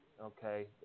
okay